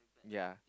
ya